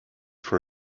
for